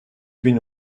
bin